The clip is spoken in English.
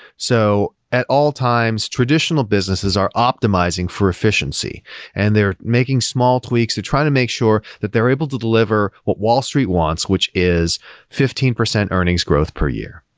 so, at all times, traditional businesses are optimizing for efficiency and they're making small tweaks to try to make sure that they're able to deliver what wall street wants, which is fifteen percent earnings growth per year,